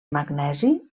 magnesi